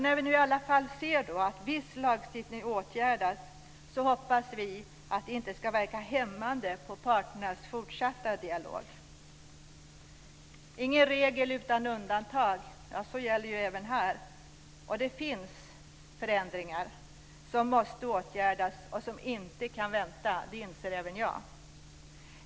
När vi nu i alla fall ser att viss lagstiftning åtgärdas hoppas vi att det inte ska verka hämmande på parternas fortsatta dialog. Ingen regel utan undantag. Det gäller även här. Och det finns saker som måste åtgärdas och som inte kan vänta. Det inser även jag.